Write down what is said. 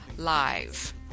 live